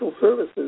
services